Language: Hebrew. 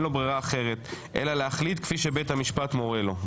לו ברירה אחרת אלא להחליט כפי שבית המשפט מורה לו.